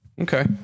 Okay